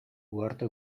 uharte